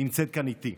נמצאת כאן איתי.